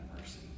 mercy